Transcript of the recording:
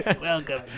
Welcome